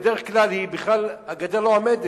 ובדרך כלל הגדר לא עומדת,